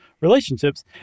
relationships